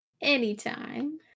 Anytime